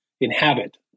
inhabit